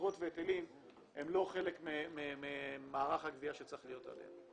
אגרות והיטלים הם לא חלק ממערך הגבייה שצריך להיות עליהם.